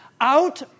out